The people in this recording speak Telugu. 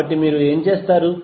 కాబట్టి మీరు ఏమి చేస్తారు